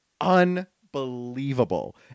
unbelievable